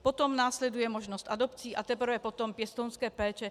Potom následuje možnost adopcí a teprve potom pěstounské péče.